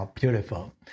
Beautiful